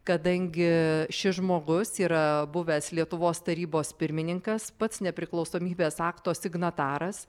kadangi šis žmogus yra buvęs lietuvos tarybos pirmininkas pats nepriklausomybės akto signataras